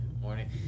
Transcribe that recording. Morning